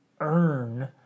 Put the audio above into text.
earn